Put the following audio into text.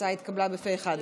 ההצעה התקבלה פה אחד.